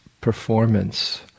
performance